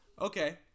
Okay